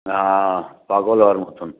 হ্যাঁ পাগল হওয়ার মতন